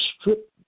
strip